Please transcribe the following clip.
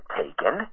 taken